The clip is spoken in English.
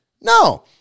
No